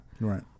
Right